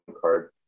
card